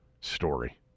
story